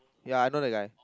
ya I know the guy